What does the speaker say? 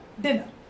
dinner